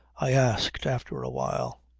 i asked after a while.